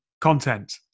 content